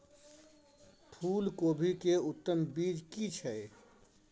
फूलकोबी के उत्तम बीज की छै?